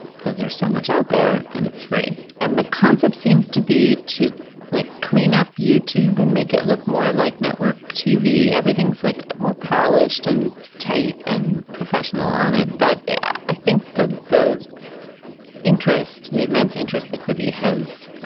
because there's so much out there and it's free. and the concept seems to be to like clean up youtube and make it look more like network tv everything's like more polished and tight and professional on it. but i think the the interest, the immense interest that be has ah